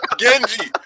Genji